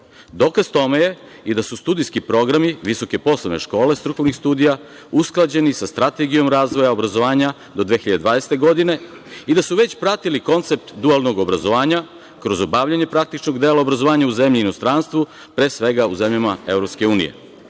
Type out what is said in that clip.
Dokaz tome je i da su studijski programi Visoke poslovne škole strukovnih studija usklađeni sa Strategijom razvoja obrazovanja do 2020. godine i da su već pratili koncept dualnog obrazovanja kroz obavljanje praktičnog dela obrazovanja u zemlji i inostranstvu, pre svega u zemljama EU,